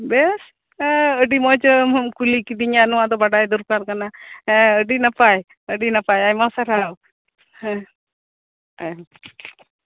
ᱵᱮᱥ ᱟᱹᱰᱤ ᱢᱚᱡᱽ ᱟᱢᱦᱚᱢ ᱠᱩᱞᱤ ᱠᱤᱫᱤᱧᱟᱹ ᱱᱚᱣᱟ ᱫᱚ ᱵᱟᱰᱟᱭ ᱫᱚᱨᱠᱟᱨ ᱠᱟᱱᱟ ᱟᱹᱰᱤ ᱱᱟᱯᱟᱭ ᱟᱹᱰᱤ ᱱᱟᱯᱟᱭ ᱟᱭᱢᱟ ᱥᱟᱨᱦᱟᱣ